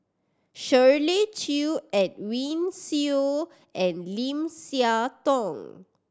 Shirley Chew Edwin Siew and Lim Siah Tong